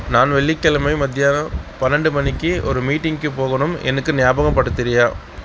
நான் வெள்ளிக்கிழமை மத்தியானம் பன்னெரெண்டு மணிக்கு ஒரு மீட்டிங்குக்கு போகணும் எனக்கு கொஞ்சம் ஞாபகப்படுத்துகிறியா